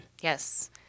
Yes